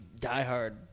diehard